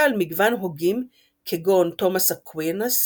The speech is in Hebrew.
על מגוון הוגים כגון תומאס אקווינס,